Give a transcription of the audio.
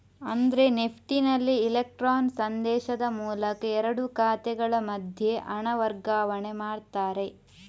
ಅಂದ್ರೆ ನೆಫ್ಟಿನಲ್ಲಿ ಇಲೆಕ್ಟ್ರಾನ್ ಸಂದೇಶದ ಮೂಲಕ ಎರಡು ಖಾತೆಗಳ ಮಧ್ಯೆ ಹಣ ವರ್ಗಾವಣೆ ಮಾಡ್ತಾರೆ